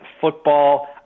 football